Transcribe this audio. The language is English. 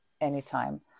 anytime